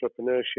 entrepreneurship